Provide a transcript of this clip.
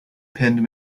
penned